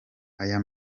aya